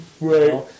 right